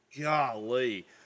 Golly